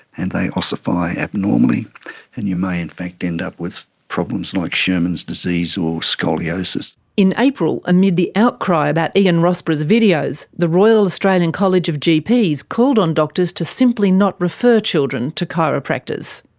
and they ossify abnormally and you may in fact end up with problems like sherman's disease or scoliosis. in april, amid the outcry about ian rossborough's videos, the royal australian college of gps called on doctors to simply not refer children to chiropractors.